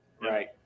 right